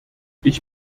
ich